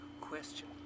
question